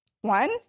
one